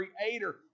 creator